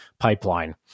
pipeline